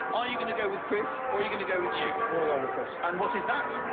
are you going to go with chris, or are you going to go with you? i'm going to go with chris. and what is that?